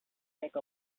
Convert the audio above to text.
make